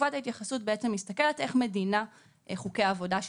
תקופת ההתייחסות מסתכלת איך חוקי המדינה של